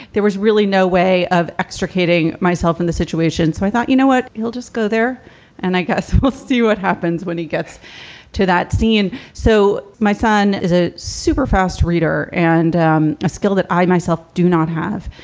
there was really no way of extricating myself from and the situation, so i thought, you know what, he'll just go there and i guess we'll see what happens when he gets to that scene so my son is a super fast reader and um a skill that i myself do not have.